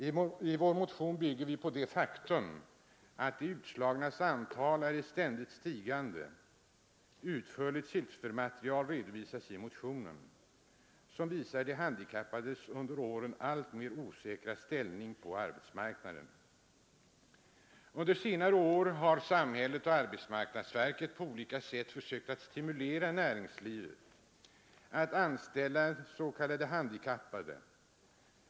I vår motion bygger vi på det faktum att de utslagnas antal är i ständigt stigande. I motionen redovisas ett utförligt siffermaterial som visar de handikappades under åren alltmer osäkra ställning på arbetsmarknaden. Under senare år har samhället och arbetsmarknadsverket på olika sätt försökt stimulera näringslivet att anställa s.k. handikappade.